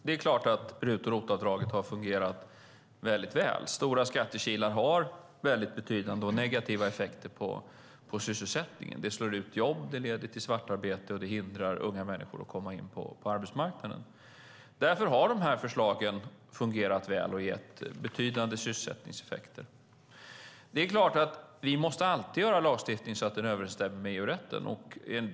Herr talman! RUT och ROT-avdragen har fungerat väldigt väl. Stora skattekilar har negativa effektiva på sysselsättningen. Det slår ut jobb, leder till svartarbete och hindrar unga människor att komma in på arbetsmarknaden. Dessa avdrag har därför fungerat väl och gett betydande sysselsättningseffekter. Vi måste alltid göra så att lagstiftningen överensstämmer med EU-rätten.